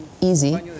easy